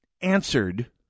answered